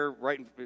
right